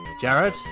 Jared